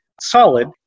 solid